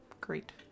great